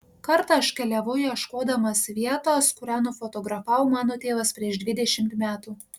kartą aš keliavau ieškodamas vietos kurią nufotografavo mano tėvas prieš dvidešimt metų